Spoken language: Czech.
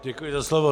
Děkuji za slovo.